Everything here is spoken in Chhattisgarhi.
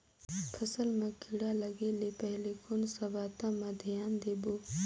फसल मां किड़ा लगे ले पहले कोन सा बाता मां धियान देबो?